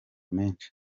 menshi